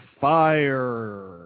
fire